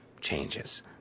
changes